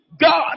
God